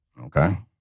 Okay